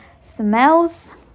smells